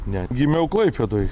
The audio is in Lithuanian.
ne gimiau klaipėdoj